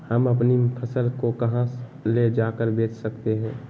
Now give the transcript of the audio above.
हम अपनी फसल को कहां ले जाकर बेच सकते हैं?